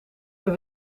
per